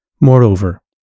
Moreover